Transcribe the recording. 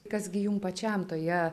kas gi jum pačiam toje